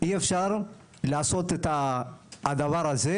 אי אפשר לעשות את הדבר הזה,